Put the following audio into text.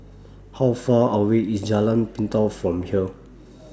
How Far away IS Jalan Pintau from here